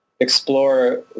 explore